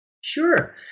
Sure